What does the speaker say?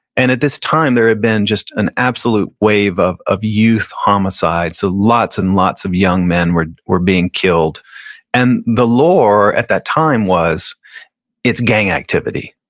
and at this time there had been just an absolute wave of of youth homicide, so lots and lots of young men were were being killed and the lore at that time was it's gang activity.